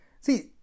see